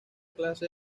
clase